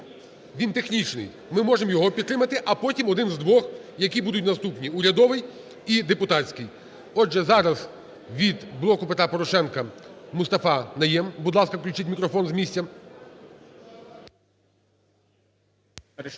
Він технічний, ми можемо його підтримати, а потім один з двох, які будуть наступні, урядовий і депутатський. Отже, зараз від "Блоку Петра Порошенка" Мустафа Найєм. Будь ласка, включіть мікрофон з місця.